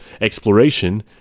exploration